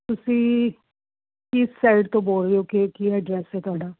ਤੁਸੀਂ ਕਿਸ ਸਾਈਡ ਤੋਂ ਬੋਲ ਰਹੇ ਹੋ ਕੀ ਕੀ ਐਡਰੈਸ ਹੈ ਤੁਹਾਡਾ